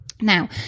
Now